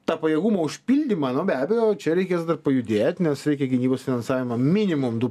tą pajėgumų užpildymą nu be abejo čia reikės dar pajudėt nes reikia gynybos finansavimą minimum du